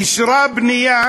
אישרה בנייה